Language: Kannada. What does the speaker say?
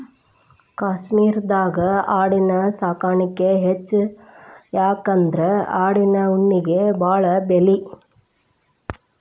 ಕಾಶ್ಮೇರದಾಗ ಆಡಿನ ಸಾಕಾಣಿಕೆ ಹೆಚ್ಚ ಯಾಕಂದ್ರ ಆಡಿನ ಉಣ್ಣಿಗೆ ಬಾಳ ಬೆಲಿ